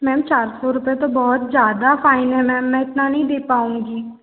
ma'am चार सौ रुपये तो बहुत ज़्यादा फ़ाइन है मैम मैं इतना नहीं दे पाऊँगी